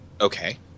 Okay